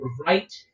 right